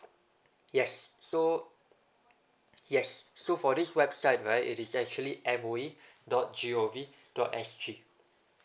yes so yes so for this website right it is actually M O E dot G O V dot S G